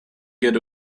get